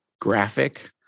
graphic